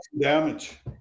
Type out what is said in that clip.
damage